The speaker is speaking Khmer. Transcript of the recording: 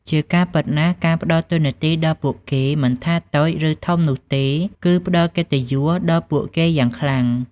ជាការពិតណាស់ ការផ្តល់តួនាទីដល់ពួកគេ មិនថាតូច ឬធំនោះទេ គឺ ផ្តល់កិត្តិយស ដល់ពួកគេយ៉ាងខ្លាំង។